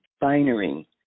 binary